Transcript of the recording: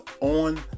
on